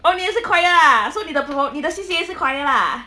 oh 你也是 choir ah so 你的 perfor~ 你的 C_C_A 也是 choir ah